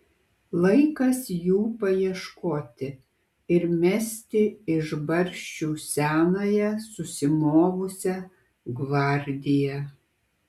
laikas jų paieškoti ir mesti iš barščių senąją susimovusią gvardiją